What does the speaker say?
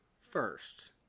first